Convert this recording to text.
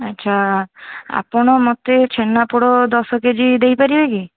ଆଚ୍ଛା ଆପଣ ମୋତେ ଛେନାପୋଡ଼ ଦଶ କେଜି ଦେଇପାରିବେ କି